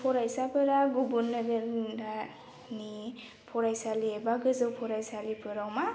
फरायसाफोरा गुबुन नोगोरनि फरायसालि एबा गोजौ फरायसालिफोराव मा